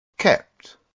kept